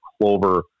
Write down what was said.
clover